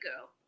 Girl